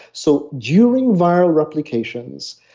so during viral replications,